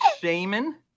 shaman